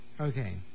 Okay